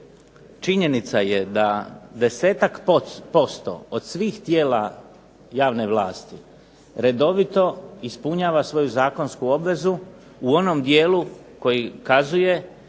činjenica je da 10-ak posto od svih tijela javne vlasti redovito ispunjava svoju zakonsku obvezu u onom dijelu koji kazuje,